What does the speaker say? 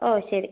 ഓ ശരി